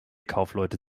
kaufleute